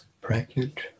pregnant